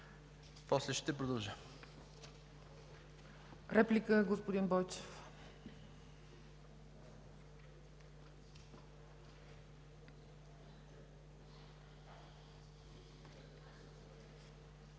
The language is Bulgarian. После ще продължа.